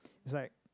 is like